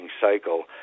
cycle